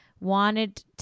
wanted